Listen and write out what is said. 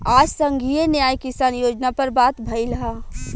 आज संघीय न्याय किसान योजना पर बात भईल ह